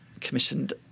commissioned